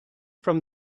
from